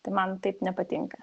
tai man taip nepatinka